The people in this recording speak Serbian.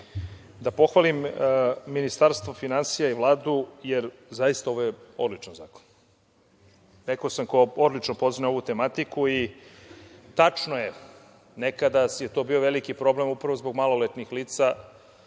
da pohvalim Ministarstvo finansija i Vladu, jer zaista ovo je odličan zakon. Neko sam ko odlično poznaje ovu tematiku i tačno je, nekada je to bio veliki problem upravo zbog maloletnih lica